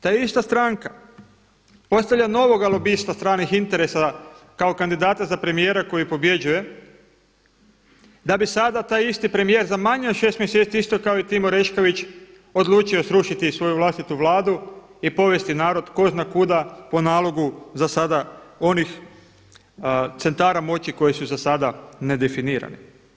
Ta ista stranka postavlja novoga lobista stranih interesa kao kandidata za premijera koji pobjeđuje, da bi sada taj isti premijer za manje od šest mjeseci isto kao i Tim Orešković odlučio srušiti svoju vlastitu vladu i povesti narod tko zna kuda po nalogu za sada onih centara moći koji su za sada nedefinirane.